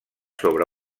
sobre